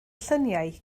lluniau